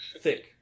Thick